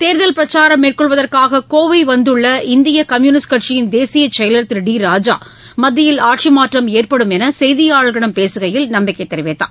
தேர்தல் பிரச்சாரம் மேற்கொள்வதற்காக கோவை வந்துள்ள இந்திய கம்யூனிஸ்ட் கட்சியின் தேசிய செயலர் திரு டி ராஜா மத்தியில் ஆட்சி மாற்றம் ஏற்படும் என்று செய்தியாளர்களிடம் பேசுகையில் நம்பிக்கை தெரிவித்தார்